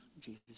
Jesus